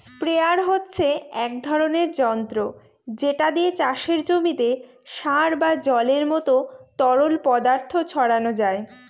sprayer হচ্ছে এক ধরণের যন্ত্র যেটা দিয়ে চাষের জমিতে সার বা জলের মত তরল পদার্থ ছড়ানো যায়